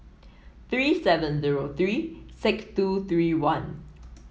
three seven zero three six two three one